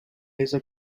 laser